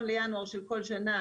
ב-1 בינואר של כל שנה,